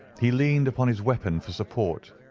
he leaned upon his weapon for support,